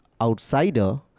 outsider